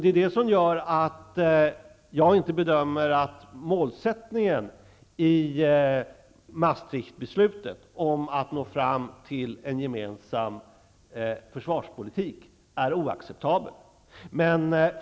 Det är det som gör att jag inte bedömer att målsättningen i Maastrichtbeslutet att nå fram till en gemensam försvarspolitik är oacceptabel.